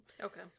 Okay